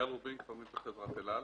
אייל רובין, קברניט בחברת אל על.